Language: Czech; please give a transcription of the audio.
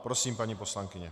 Prosím, paní poslankyně.